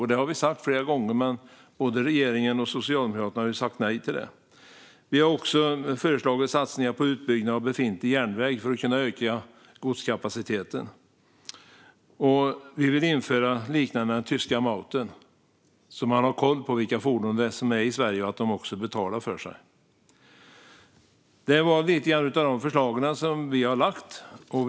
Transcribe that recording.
Det här har vi sagt flera gånger, men både regeringen och Socialdemokraterna har sagt nej. Vi har också föreslagit satsningar på utbyggnad av befintlig järnväg för att kunna öka godskapaciteten. Vi vill införa något som liknar det tyska Maut, så att man har koll på vilka fordon som är i Sverige och att de betalar för sig. Det var lite om de förslag som vi har lagt fram.